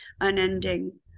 unending